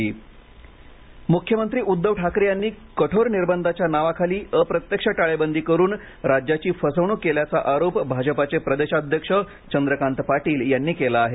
चंद्रकांत पाटील आरोप मुख्यमंत्री उद्धव ठाकरे यांनी कठोर निर्बंधांच्या नावाखाली अप्रत्यक्ष टाळेबंदी करून राज्याची फसवणूक केल्याचा आरोप भाजपाचे प्रदेशाध्यक्ष चंद्रकांत पाटील यांनी केला आहे